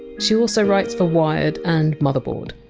she also writes for wired and motherboard.